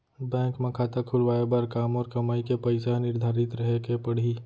Bank म खाता खुलवाये बर का मोर कमाई के पइसा ह निर्धारित रहे के पड़ही?